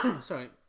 sorry